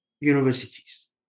universities